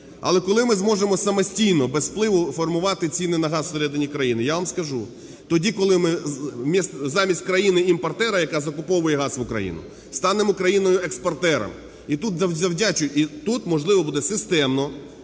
Але коли ми зможемо самостійно, без впливу, формувати ціни на газ у середині країни? Я вам скажу: тоді, коли ми замість країни-імпортера, яка закуповує газ в Україну, станемо країною-експортером. І тут можливо буде системно,